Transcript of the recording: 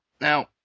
now